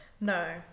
No